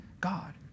God